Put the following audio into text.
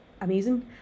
amazing